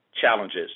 challenges